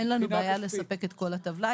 אין לנו בעיה לספק את כל הטבלה,